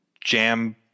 jam